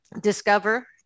discover